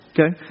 Okay